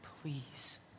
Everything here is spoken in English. Please